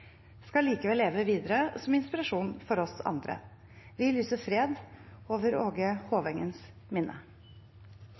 skal likevel leve videre som inspirasjon for oss andre. Vi lyser fred over